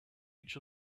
each